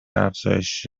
افزایش